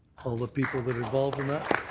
all the people that are involved in that.